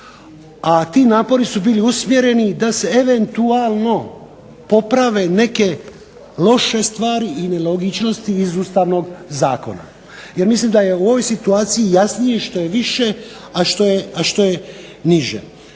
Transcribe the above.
a ti napori su bili usmjereni da se eventualno poprave neke loše stvari i nelogičnosti iz Ustavnog zakona. Jer mislim da je u ovoj situaciji jasnije što je više, a što je niže.